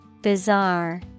Bizarre